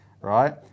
right